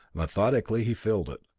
methodically he filled it,